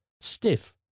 stiff